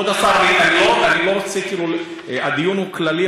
הדיון הוא כללי,